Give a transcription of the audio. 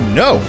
no